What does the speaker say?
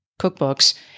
cookbooks